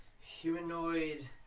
humanoid